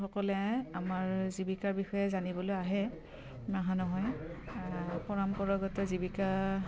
সকলে আমাৰ জীৱিকাৰ বিষয়ে জানিবলৈ আহে নহা নহয় পৰম্পৰাগত জীৱিকা